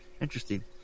interesting